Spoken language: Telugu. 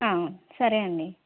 సరే అండి